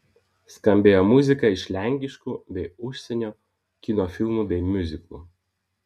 skambėjo muzika iš lenkiškų bei užsienio kino filmų bei miuziklų